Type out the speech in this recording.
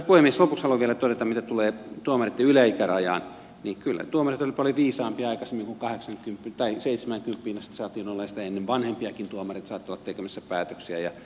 lopuksi haluan vielä todeta mitä tulee tuomareitten yläikärajaan että kyllä tuomarit olivat paljon viisaampia aikaisemmin kun seitsemäänkymppiin asti saatiin olla ja sitä ennen vanhempiakin tuomareita saattoi olla tekemässä päätöksiä